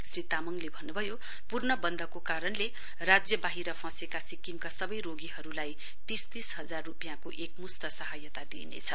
श्री तामङले भन्नभयो पूर्णबन्दको कारणले राज्य बाहिर फँसेका सिक्किमका सबै रोगीहरूलाई तीस तीस हजार रूपियाँ एकमुश्त सहायता दिइनेछ